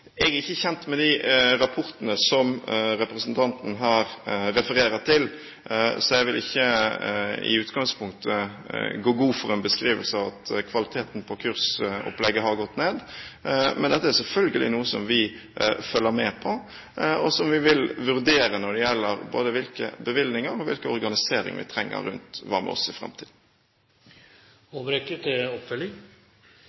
Jeg er ikke kjent med de rapportene som representanten her refererer til, så jeg vil ikke i utgangspunktet gå god for en beskrivelse av at kvaliteten på kursopplegget har gått ned. Men dette er selvfølgelig noe vi følger med på, og som vi vil vurdere når det gjelder både hvilke bevilgninger og hvilken organisering vi trenger rundt Hva med oss? i framtiden.